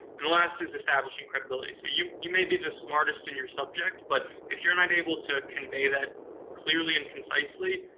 and the last is establishing credibility. so, you you may be the smartest in your subject, but if you're not able to convey that clearly and concisely,